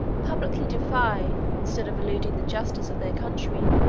publicly defy, instead of eluding the justice of their country,